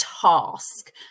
task